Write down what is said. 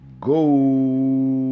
go